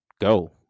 go